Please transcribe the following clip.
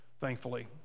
thankfully